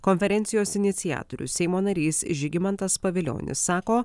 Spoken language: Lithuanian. konferencijos iniciatorius seimo narys žygimantas pavilionis sako